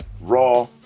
Raw